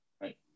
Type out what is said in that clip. Right